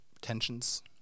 tensions